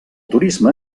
turisme